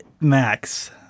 max